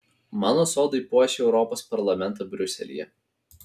mano sodai puošia europos parlamentą briuselyje